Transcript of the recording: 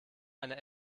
einer